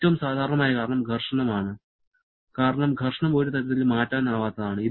ഏറ്റവും സാധാരണമായ കാരണം ഘർഷണം ആണ് കാരണം ഘർഷണം ഒരുതരത്തിലും മാറ്റാനാവാത്തതാണ്